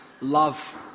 love